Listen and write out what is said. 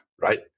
right